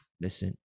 Listen